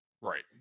right